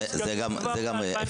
התקנות מוסכמות על הדרגים המקצועיים.